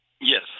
Yes